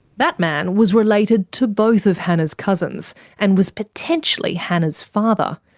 that man was related to both of hannah's cousins and was potentially hannah's father.